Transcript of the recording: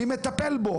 מי מטפל בו,